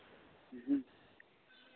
ᱦᱮᱸ